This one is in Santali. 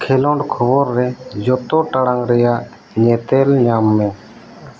ᱠᱷᱮᱞᱚᱱᱰ ᱠᱷᱚᱵᱚᱨ ᱨᱮ ᱡᱚᱛᱚ ᱴᱟᱲᱟᱝ ᱨᱮᱭᱟᱜ ᱧᱮᱛᱮᱞ ᱧᱟᱢ ᱢᱮ